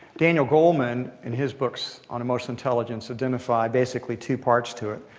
daniel goldman, in his books on emotional intelligence, identified basically two parts to it.